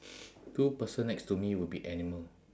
two person next to me will be animal